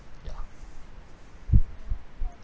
ya